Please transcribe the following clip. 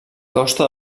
costa